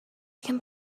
can